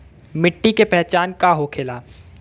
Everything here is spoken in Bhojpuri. मिट्टी के पहचान का होखे ला?